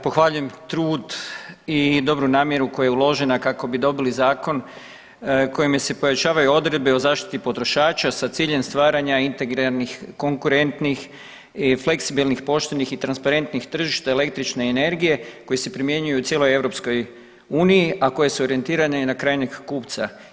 Pohvaljujem trud i dobru namjeru koja je uložena kako bi dobili zakon kojim se pojačavaju odredbe o zaštiti potrošača sa ciljem stvaranja integrarnih konkurentnih i fleksibilnih poštenih i transparentnih tržišta električne energije koji se primjenjuje u cijeloj EU, a koje su orijentirane na krajnjeg kupca.